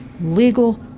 legal